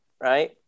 right